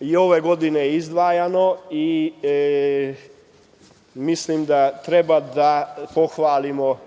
i ove godine je izdvajano. Mislim da treba da pohvalimo